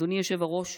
אדוני היושב-ראש,